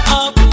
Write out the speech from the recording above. up